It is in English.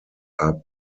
are